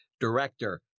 director